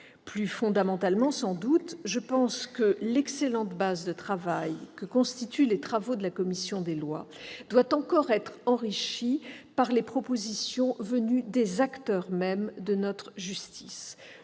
Plus fondamentalement sans doute, je pense que l'excellente base de travail que constituent les travaux de la commission des lois doit être encore enrichie par les propositions venues des acteurs mêmes de notre justice.